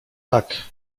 tak